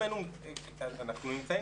אנחנו נמצאים